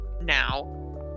now